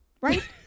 Right